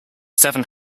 seven